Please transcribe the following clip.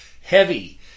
Heavy